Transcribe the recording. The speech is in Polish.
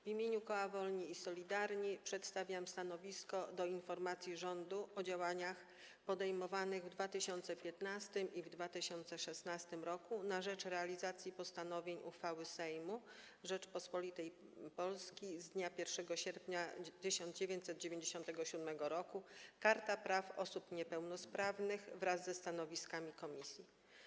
W imieniu koła Wolni i Solidarni przedstawiam stanowisko wobec informacji rządu o działaniach podejmowanych w 2015 i 2016 r. na rzecz realizacji postanowień uchwały Sejmu Rzeczypospolitej Polskiej z dnia 1 sierpnia 1997 r. Karta Praw Osób Niepełnosprawnych wraz ze stanowiskami komisji.